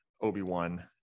Obi-Wan